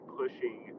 pushing